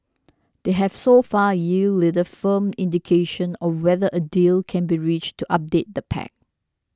they have so far yielded little firm indication of whether a deal can be reached to update the pact